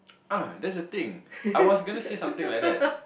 ah that's the thing I was gonna say something like that